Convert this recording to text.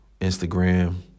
Instagram